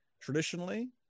traditionally